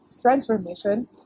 transformation